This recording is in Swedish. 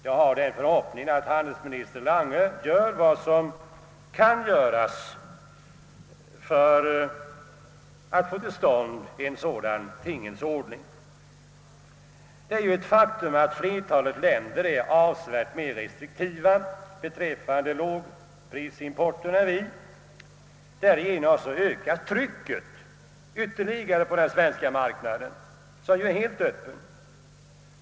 Jag hoppas att handelsminister Lange gör vad som kan göras i detta avseende. Det är ju ett faktum att flertalet länder är avsevärt mer restriktiva beträffande lågprisimporten än vi. Därigenom ökar trycket ytterligare på den svenska marknaden, som är helt öppen.